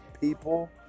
people